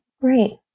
right